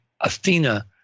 Athena